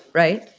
right?